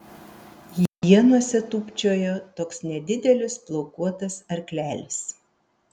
ienose tūpčiojo toks nedidelis plaukuotas arklelis